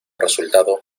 resultado